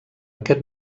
aquest